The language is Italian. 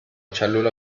cellula